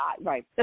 right